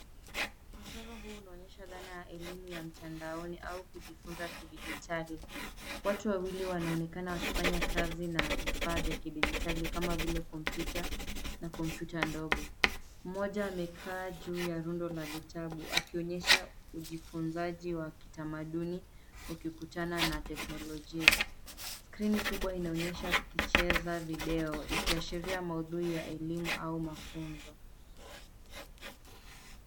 Mchoro huu unaonyesha dhana ya elimu ya mtandaoni au kujifunza kidijitali , watu wawili wanaonekana wakifanya kazi na vifaa vya kidijitali kama vile kompyuta na kompyuta ndogo . Mmoja amekaa juu ya rundo la vitabu akionyesha ujifunzaji wa kitamaduni ukikutana na teknolojia , skirini kubwa inaonyesha ikicheza video ikiashiria mahudhui ya elimu au mafunzo.